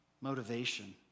motivation